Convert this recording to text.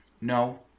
No